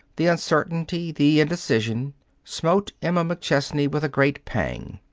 the uncertainty, the indecision smote emma mcchesney with a great pang.